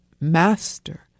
master